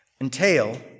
entail